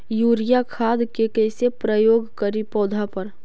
Urea खाद के कैसे प्रयोग करि पौधा पर?